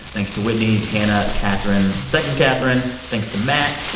thanks to whitney, hannah katherine, second katherine. thanks to matt.